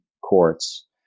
courts